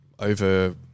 over